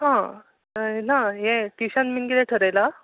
हय ना हें ट्युशन बी कितें थरयलां